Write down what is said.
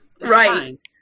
Right